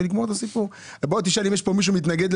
אם תשאל פה אם יש מישהו שמתנגד,